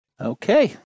Okay